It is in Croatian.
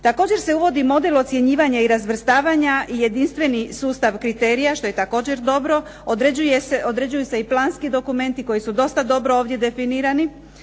Također se uvodi model ocjenjivanja i razvrstavanja jedinstveni sustav kriterija, što je također dobro, određuju se i planski dokumenti koji su dosta dobro ovdje definirani,